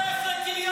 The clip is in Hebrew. תפסיק לבלבל